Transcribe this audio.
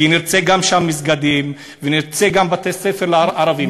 כי נרצה שם גם מסגדים ונרצה גם בתי-ספר לערבים,